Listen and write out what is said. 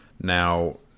now